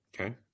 Okay